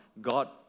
God